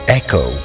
echo